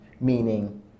meaning